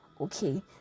okay